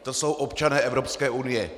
To jsou občané Evropské unie!